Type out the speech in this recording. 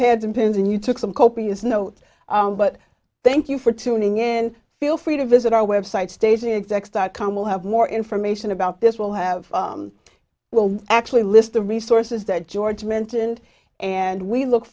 pads and pens and you took some copious notes but thank you for tuning in feel free to visit our website stays in sex dot com will have more information about this will have will actually list the resources that george mentioned and we look